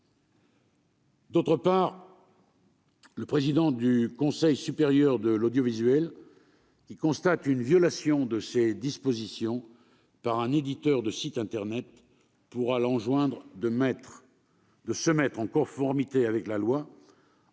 ailleurs, le président du Conseil supérieur de l'audiovisuel, s'il constate une violation de ces dispositions par un éditeur de sites internet, pourra enjoindre à ce dernier de se mettre en conformité avec la loi. En cas